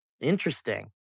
Interesting